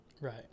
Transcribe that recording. Right